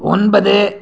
ஒன்பது